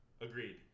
Agreed